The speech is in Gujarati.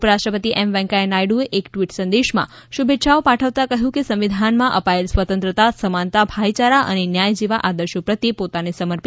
ઉપરાષ્ટ્રપતિ એમ વૈકેયા નાયડુએ એક ટવીટ સંદેશમાં શુભેચ્છાઓ પાઠવતા કહ્યુ કે સંવિધાનમાં અપાયેલ સ્વતંત્રતા સમાનતા ભાઇચારા અને ન્યાય જેવા આદર્શો પ્રત્યે પોતાને સમર્પિત થવું જોઇએ